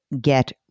get